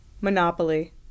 Monopoly